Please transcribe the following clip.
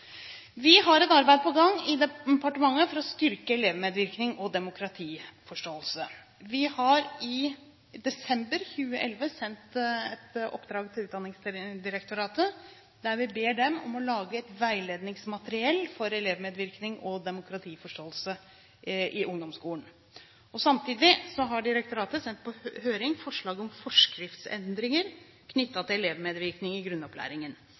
Vi har et arbeid på gang i departementet for å styrke elevmedvirkning og demokratiforståelse. Vi har i desember 2011 sendt et oppdrag til Utdanningsdirektoratet der vi ber dem om å lage veiledningsmateriell for elevmedvirkning og demokratiforståelse i ungdomsskolen. Samtidig har direktoratet sendt på høring forslag om forskriftsendringer knyttet til elevmedvirkning i grunnopplæringen.